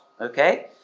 Okay